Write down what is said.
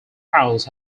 house